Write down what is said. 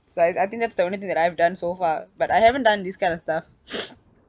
so I I think that's the only thing that I've done so far but I haven't done this kind of stuff